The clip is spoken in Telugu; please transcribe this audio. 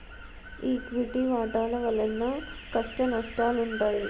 ఈక్విటీ వాటాల వలన కష్టనష్టాలుంటాయి